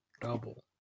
Double